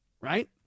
Right